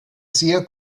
sehr